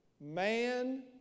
man